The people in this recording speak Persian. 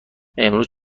امروز